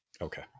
Okay